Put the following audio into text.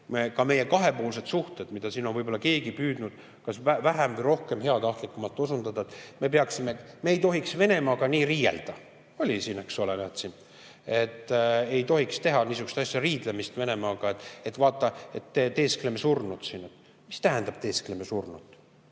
ka meie kahepoolsed suhted, millele siin on võib-olla keegi püüdnud kas vähem või rohkem heatahtlikumalt osutada, et me ei tohiks Venemaaga nii riielda – oli siin, eks ole –, et ei tohiks teha niisugust asja, riielda Venemaaga, et vaata, teeskleme surnut siin. Mis tähendab, et teeskleme surnut?